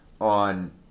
on